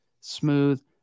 smooth